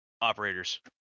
operators